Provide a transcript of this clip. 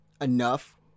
enough